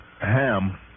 Ham